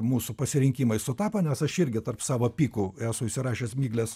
mūsų pasirinkimai sutapo nes aš irgi tarp savo pykų esu įsirašęs miglės